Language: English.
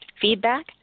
feedback